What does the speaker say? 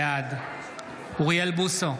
בעד אוריאל בוסו,